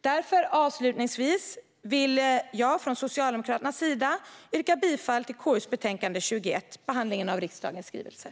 Därför vill jag från Socialdemokraterna avslutningsvis yrka bifall till förslaget i KU:s betänkande 21 om behandlingen av riksdagens skrivelser.